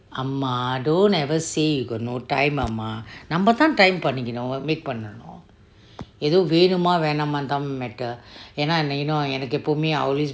amma don't ever say you got no time அம்மா நம்பே தான்:amma nambe thaan time பண்ணிக்கேனும்:pannikkenum make பண்ணேனோம் எதோ வேணும்:pannenom etho veenum mah வேணாம்:veenam mah தான்:tan matter யா ந:ya na you know எனக்கு எப்போமே:enakku eppome I always